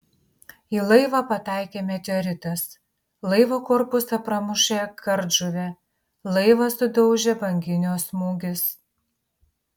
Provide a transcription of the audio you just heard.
į laivą pataikė meteoritas laivo korpusą pramušė kardžuvė laivą sudaužė banginio smūgis